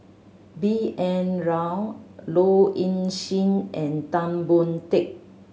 B N Rao Low Ing Sing and Tan Boon Teik